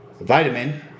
vitamin